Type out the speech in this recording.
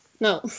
no